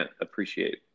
appreciate